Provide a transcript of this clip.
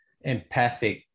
empathic